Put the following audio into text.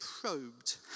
probed